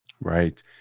Right